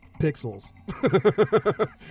pixels